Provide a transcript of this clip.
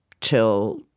till